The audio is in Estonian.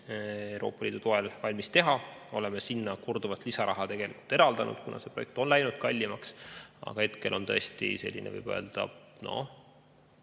Euroopa Liidu toel valmis teha. Oleme sinna korduvalt lisaraha eraldanud, kuna see projekt on läinud kallimaks. Aga hetkel on tõesti selline, ma arvan,